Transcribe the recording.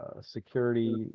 security